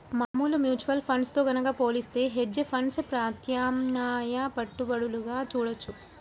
మామూలు mutual funds తో గనక పోలిత్తే హెడ్జ్ ఫండ్స్ ప్రత్యామ్నాయ పెట్టుబడులుగా చూడొచ్చు